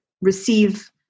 receive